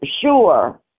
sure